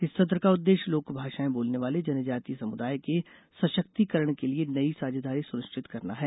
इस सत्र का उद्देश्य लोक भाषाएं बोलने वाले जनजातीय समुदाय के सशक्तिकरण के लिये नई साझेदारी सुनिश्चित करना है